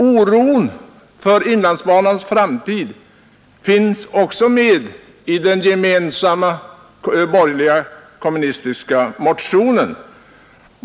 Oron för inlandsbanans framtid finns 75 också med i den borgerlig-kommunistiska motionen.